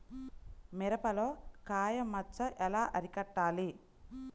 మిరపలో కాయ మచ్చ ఎలా అరికట్టాలి?